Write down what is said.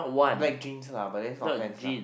black jeans lah but then long pants lah